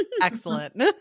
excellent